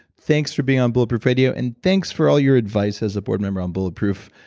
thanks for being on bulletproof radio and thanks for all your advice as a board member on bulletproof,